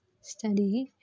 study